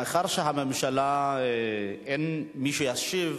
מאחר שהממשלה, אין מי שישיב,